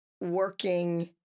working